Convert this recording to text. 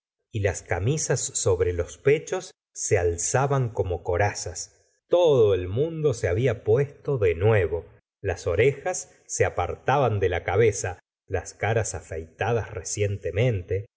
y las camisas sobre los pechos se alzaban como corazas todo el mundo se había puesto de nuevo las orejas se apartaban de la cabeza las caras afeitadas recientemente